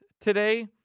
today